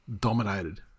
dominated